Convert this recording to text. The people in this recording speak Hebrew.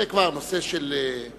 זה כבר נושא של יותר